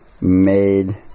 made